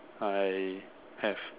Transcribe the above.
I have